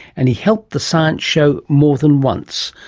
and he helped the science show more than once,